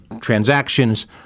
transactions